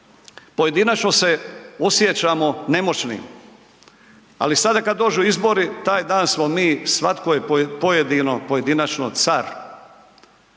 pojedinačno se osjećamo nemoćnim, ali sada kada dođu izbori taj dan smo mi svatko je pojedinačno car.